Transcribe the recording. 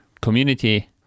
community